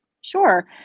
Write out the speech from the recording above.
Sure